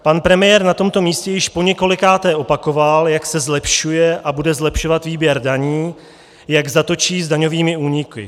Pan premiér na tomto místě již poněkolikáté opakoval, jak se zlepšuje a bude zlepšovat výběr daní, jak zatočí s daňovými úniky.